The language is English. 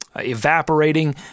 Evaporating